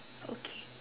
okay